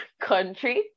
country